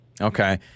Okay